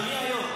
אדוני היו"ר,